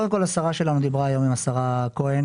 קודם כל השרה שלנו דיברה היום עם השר כהן,